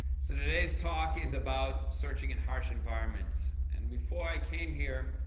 so today's talk is about searching in harsh environments. and before i came here,